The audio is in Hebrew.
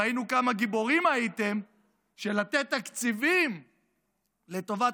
ראינו כמה גיבורים הייתם שלתת תקציבים לטובת